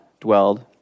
dwelled